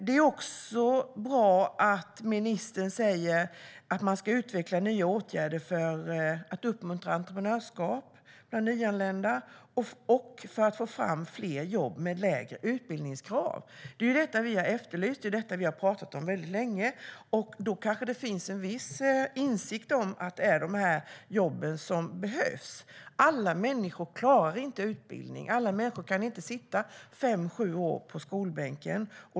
Det är också bra att ministern säger att man ska "utveckla nya åtgärder för att uppmuntra entreprenörskap bland nyanlända och för att få fram fler jobb med lägre utbildningskrav". Detta har vi efterlyst och pratat om väldigt länge. Då kanske det finns en viss insikt om att det är de här jobben som behövs. Alla människor klarar inte utbildning. Alla människor kan inte sitta fem sju år på skolbänken.